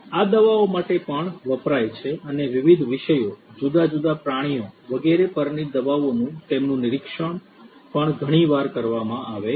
આ દવાઓ માટે પણ વપરાય છે અને વિવિધ વિષયો જુદા જુદા પ્રાણીઓ વગેરે પરની દવાઓનું તેનું નિરીક્ષણ પણ ઘણી વાર કરવામાં આવે છે